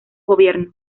gobierno